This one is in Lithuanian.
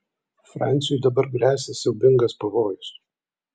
fransiui dabar gresia siaubingas pavojus